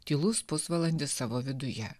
tylus pusvalandis savo viduje